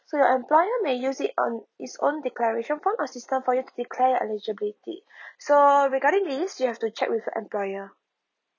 so your employer may use it on its own declaration form or system for you to declare your eligibility so regarding this you have to check with your employer